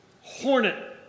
hornet